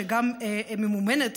שגם ממומנת,